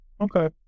Okay